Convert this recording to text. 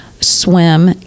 swim